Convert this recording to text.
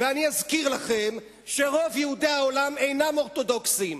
ואני רוצה להזכיר לכם שרוב יהודי העולם אינם אורתודוקסים,